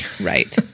Right